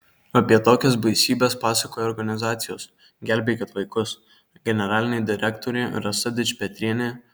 apie tokias baisybes pasakoja organizacijos gelbėkit vaikus generalinė direktorė rasa dičpetrienė